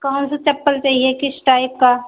कौन से चप्पल चाहिए किस टाइप का